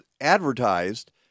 advertised